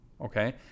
okay